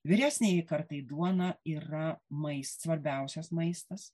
vyresniajai kartai duona yra maist svarbiausias maistas